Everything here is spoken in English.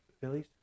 Phillies